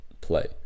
play